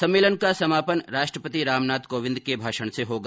सम्मेलन का समापन राष्ट्रपति राम नाथ कोविंद के भाषण से होगा